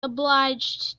obliged